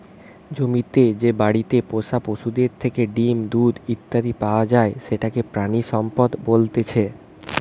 জমিতে যে বাড়িতে পোষা পশুদের থেকে ডিম, দুধ ইত্যাদি পাওয়া যায় সেটাকে প্রাণিসম্পদ বলতেছে